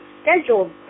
scheduled